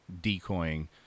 decoying